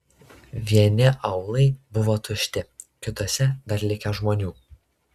vieni aūlai buvo tušti kituose dar likę žmonių